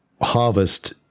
harvest